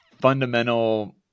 fundamental